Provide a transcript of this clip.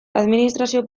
administrazio